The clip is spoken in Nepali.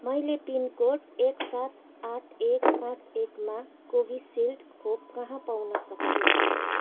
मैले पिनकोड एक सात आठ एक पाचँ एकमा कोभिसिल्ड खोप कहाँ पाउन सक्छु